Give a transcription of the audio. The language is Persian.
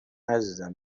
عزیزم